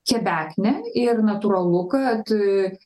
kebeknė ir natūralu kad